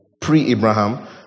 pre-Abraham